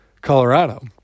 Colorado